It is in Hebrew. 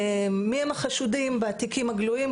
מי החשודים בתיקים הגלויים,